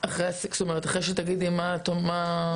אחרי שתגידי מה הסיכום.